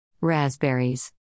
raspberries